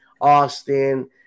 Austin